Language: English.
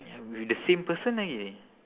ya with the same person lagi